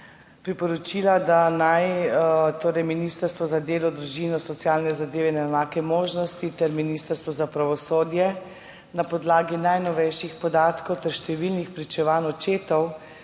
priporočila, da naj Ministrstvo za delo, družino, socialne zadeve in enake možnosti ter Ministrstvo za pravosodje na podlagi najnovejših podatkov ter številnih pričevanj očetov,